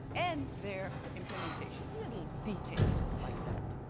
and their implementation, little details like that.